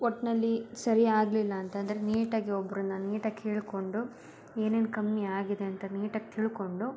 ಒಟ್ಟಿನಲ್ಲಿ ಸರಿಯಾಗಲಿಲ್ಲ ಅಂತಂದರೆ ನೀಟಾಗಿ ಒಬ್ಬರನ್ನ ನೀಟಾಗಿ ಕೇಳಿಕೊಂಡು ಏನೇನು ಕಮ್ಮಿ ಆಗಿದೆ ಅಂತ ನೀಟಾಗಿ ತಿಳ್ಕೊಂಡು